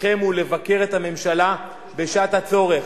תפקידכם הוא לבקר את הממשלה בשעת הצורך.